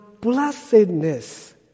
blessedness